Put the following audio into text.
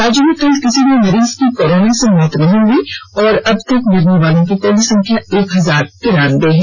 राज्य में कल किसी भी मरीज की कोरोना से मौत नहीं हुई है और अबतक मरने वालों की कुल संख्या एक हजार तिरानबे है